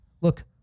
look